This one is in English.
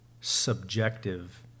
subjective